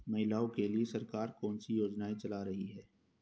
महिलाओं के लिए सरकार कौन सी योजनाएं चला रही है?